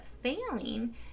failing